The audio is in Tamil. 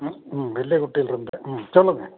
ம் ம் வெள்ளிக்குட்டியில இருந்து ம் சொல்லுங்க